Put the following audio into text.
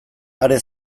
are